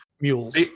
Mules